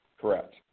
Correct